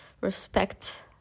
respect